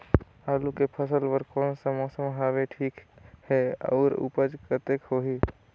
आलू के फसल बर कोन सा मौसम हवे ठीक हे अउर ऊपज कतेक होही?